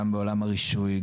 גם בעולם הרישוי,